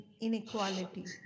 inequality